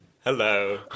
Hello